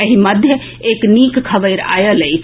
एहि मध्य एक नीक खबरि आएल अछि